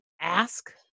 ask